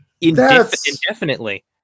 indefinitely